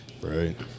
Right